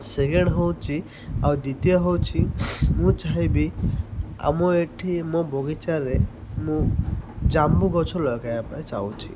second ହେଉଛି ଆଉ ଦ୍ୱିତୀୟ ହେଉଛି ମୁଁ ଚାହିଁବି ଆମ ଏଇଠି ମୋ ବଗିଚାରେ ମୁଁ ଜାମୁ ଗଛ ଲଗାଇବା ପାଇଁ ଚାହୁଁଛି